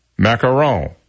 macaron